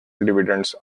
dividends